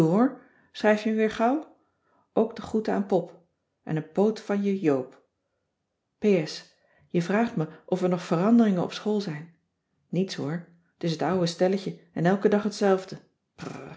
schrijf je me weer gauw ook de groeten aan pop en n poot van je joop p s je vraagt me of er nog veranderingen op school zijn niets hoor t is t ouwe stelletje en elken dag hetzelfde